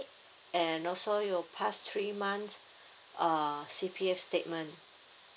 and also your past three months uh C_P_F statement